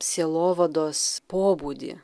sielovados pobūdį